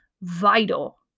vital